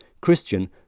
Christian